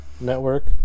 network